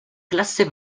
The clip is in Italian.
classe